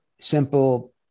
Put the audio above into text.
simple